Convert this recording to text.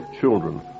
children